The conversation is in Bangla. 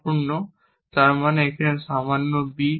সম্পূর্ণ তার মানে এখানে সামান্য b